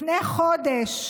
לפני חודש